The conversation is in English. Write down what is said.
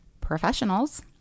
professionals